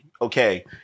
Okay